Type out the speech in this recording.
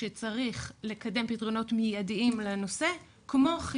שצריך לקדם פתרונות מיידים לנושא כמו,